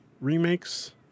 remakes